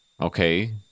Okay